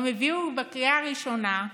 גם הביאו בקריאה הראשונה,